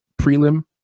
prelim